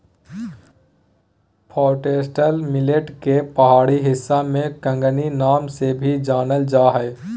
foxtail millet के पहाड़ी हिस्सा में कंगनी नाम से भी जानल जा हइ